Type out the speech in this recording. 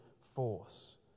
force